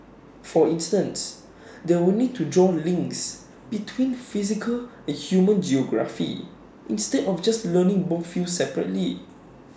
for instance they will need to draw links between physical and human geography instead of just learning both fields separately